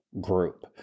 group